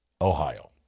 Ohio